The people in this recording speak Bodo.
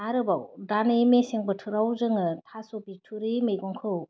आरोबाव दा नै मेसें बोथोराव जोङो थास' बिथ'रि मैगंखौ